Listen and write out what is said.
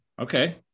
okay